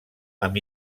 amb